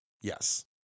Yes